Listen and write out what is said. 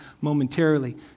momentarily